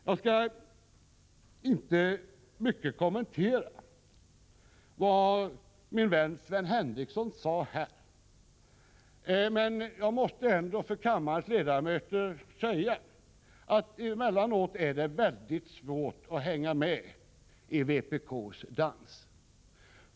Jag skall inte mycket kommentera vad min vän Sven Henricsson sade här, men jag måste ändå till kammarens ledamöter säga att det emellanåt är väldigt svårt att hänga med i vpk:s dans.